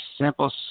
simple